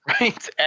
right